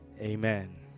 Amen